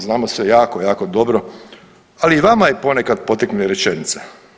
Znamo se jako, jako dobro ali i vama ponekad potekne rečenica.